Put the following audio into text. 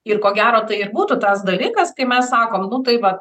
ir ko gero tai ir būtų tas dalykas kai mes sakom nu tai vat